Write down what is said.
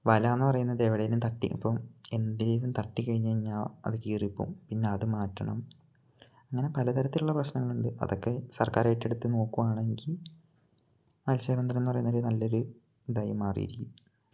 വലയെന്ന് പറയുന്നത് എവിടെയെങ്കിലും തട്ടി ഇപ്പം എന്തെങ്കിലും തട്ടിക്കഴിഞ്ഞാല് അത് കീറിപ്പോകും പിന്നെയത് മാറ്റണം അങ്ങനെ പലതരത്തിലുള്ള പ്രശ്നങ്ങളുണ്ട് അതൊക്കെ സർക്കാരേറ്റെടുത്ത് നോക്കുകയാണെങ്കില് മത്സ്യബന്ധനമെന്ന് പറയുന്നതൊരു നല്ലയൊരു ഇതായി മാറിയിരിക്കും